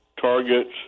targets